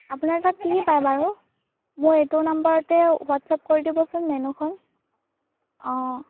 আপোনাৰ তাত কি কি পাম বাৰু মোৰ এইটো নাম্বাৰতে হোৱাটছআপ কৰি দিবচোন মেন্যুখন অঁ